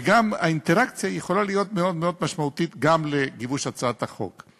וגם האינטראקציה יכולה להיות מאוד מאוד משמעותית גם לגיבוש הצעת החוק.